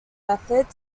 method